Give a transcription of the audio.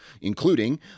including